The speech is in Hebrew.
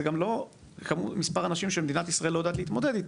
זה גם לא מספר אנשים שמדינת ישראל לא יודעת להתמודד איתם.